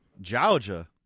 Georgia